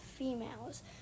females